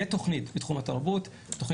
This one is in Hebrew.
תהיה תוכנית בתחום התרבות,